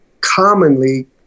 commonly